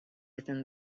within